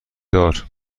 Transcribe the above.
دار